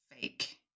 fake